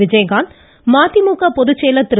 விஜய்காந்த் மதிமுக பொதுச்செயலா் திரு